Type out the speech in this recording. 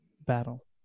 battle